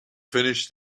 finish